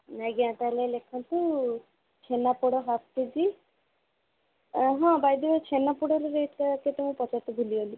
ଆଜ୍ଞା ତା'ହେଲେ ଲେଖନ୍ତୁ ଛେନାପୋଡ଼ ହାପ୍ କେଜି ଓ ହଁ ବାଇ ଦ୍ ୱେ ଛେନାପୋଡ଼ର ରେଟ୍ଟା କେତେ ମୁଁ ପଚାରିତେ ଭୁଲିଗଲି